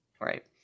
Right